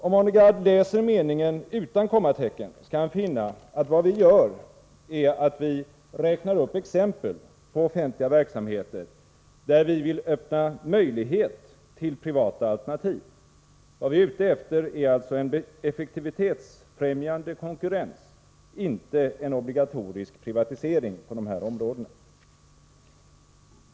Om Arne Gadd läser meningen utan kommatecken skall han finna att vad vi gör är att vi räknar upp exempel på offentliga verksamheter där vi vill öppna möjlighet till privata alternativ. Vad vi är ute efter är alltså en effektivitetsfrämjande konkurrens, inte en obligatorisk privatisering på de här områdena.